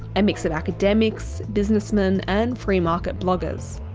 and mix of academics, businessmen and free market bloggers.